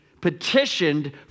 petitioned